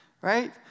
Right